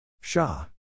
Shah